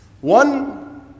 One